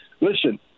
listen